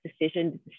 decision